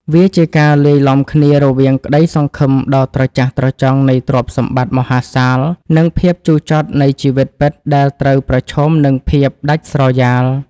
វាជាការលាយឡំគ្នារវាងក្តីសង្ឃឹមដ៏ត្រចះត្រចង់នៃទ្រព្យសម្បត្តិមហាសាល និងភាពជូរចត់នៃជីវិតពិតដែលត្រូវប្រឈមនឹងភាពដាច់ស្រយាល។